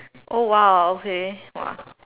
oh !wow! okay !wah!